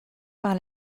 par